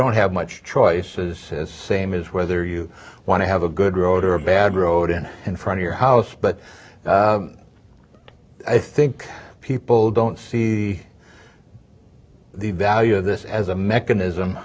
don't have much choice is same is whether you want to have a good road or a bad road in and from your house but i think people don't see the value of this as a mechanism